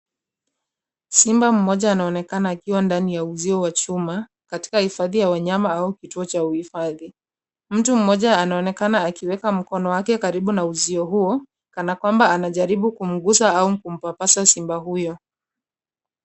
Simba mmoja anaonekana akiwa ndani ya uzio wa chuma, katika hifadhi ya wanyama, au kituo cha uhifadhi. Mtu mmoja anaonekana akiweka mkono wake karibu na uzio huo, kana kwamba anajaribu kumgusa, au kumpapasa simba huyo.